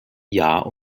jahr